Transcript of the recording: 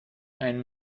einen